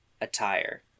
attire